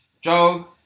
Joe